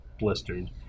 Blistered